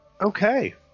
okay